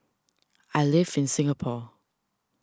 I live in Singapore